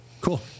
Cool